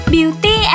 Beauty